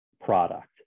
product